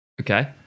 Okay